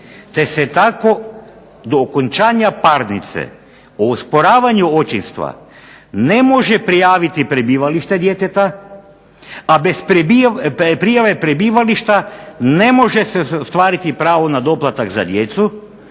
te se tako do okončanja parnice o osporavanju očinstva ne može prijaviti prebivalište djeteta, a bez prijave prebivališta ne može se ostvariti pravo na doplatak za djecu,